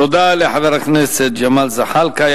תודה לחבר הכנסת ג'מאל זחאלקה.